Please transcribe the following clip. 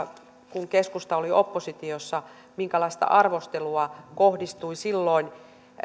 kun keskusta oli oppositiossa minkälaista arvostelua kohdistui silloin